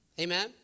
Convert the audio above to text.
Amen